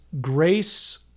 grace